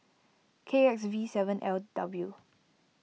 K X V seven L W